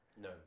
no